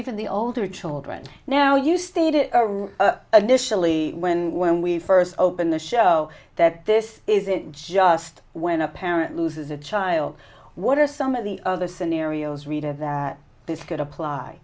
even the older children now you stated additionally when when we first open the show that this isn't just when a parent loses a child what are some of the other scenarios read of that this could apply